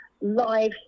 live